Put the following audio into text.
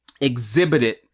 exhibited